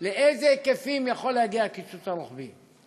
לאיזה היקפים יכול להגיע הקיצוץ הרוחבי,